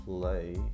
play